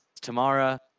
Tamara